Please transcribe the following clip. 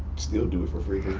still do it for free.